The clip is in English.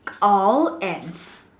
all ants